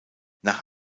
nach